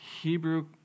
Hebrew